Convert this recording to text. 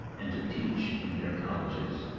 and to teach in their colleges.